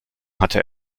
hatte